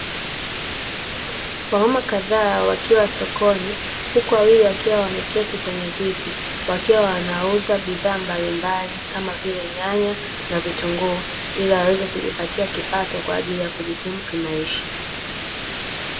Wamama kadhaa wakiwa sokoni huku wawili wakiwa wameketi kwenye viti wakiwa wanauza bidhaa mbalimbali kama vile nyanya na vitunguu, ili aweze kujipatia kipato kwa ajili ya kujikimu kimaisha.